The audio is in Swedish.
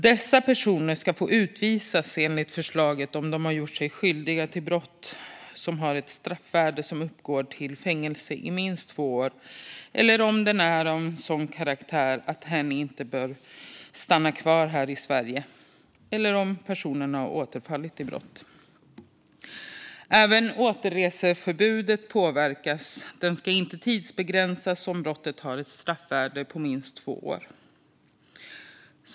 Dessa personer ska enligt förslaget få utvisas om de gjort sig skyldiga till brott som har ett straffvärde som uppgår till fängelse i minst två år, om brottet är av sådan karaktär att personen inte bör få stanna kvar i Sverige eller om personen har återfallit i brott. Även återreseförbudet påverkas. Det ska inte tidsbegränsas om brottet har ett straffvärde på minst två år.